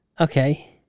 Okay